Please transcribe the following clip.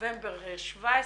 בנובמבר 2017,